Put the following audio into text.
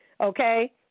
okay